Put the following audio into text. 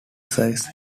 services